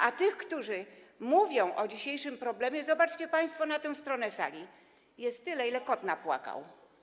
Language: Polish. A tych, którzy mówią o dzisiejszym problemie - spójrzcie państwo na tę stronę sali - jest tylu, co kot napłakał.